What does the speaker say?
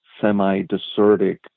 semi-desertic